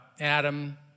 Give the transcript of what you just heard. Adam